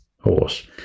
horse